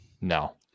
No